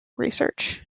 research